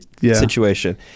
situation